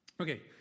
Okay